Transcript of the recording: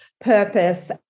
purpose